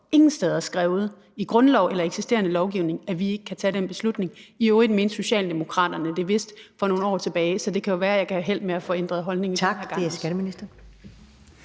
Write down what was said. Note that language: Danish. ingen steder skrevet i grundlov eller eksisterende lovgivning, at vi ikke kan tage den beslutning. I øvrigt mente Socialdemokraterne det vist for nogle år tilbage, så det kan jo være, at jeg kan få held til at får ændret deres holdning den her gang.